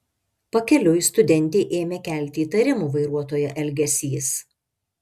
pakeliui studentei ėmė kelti įtarimų vairuotojo elgesys